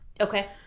Okay